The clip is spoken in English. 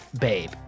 Babe